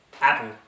Apple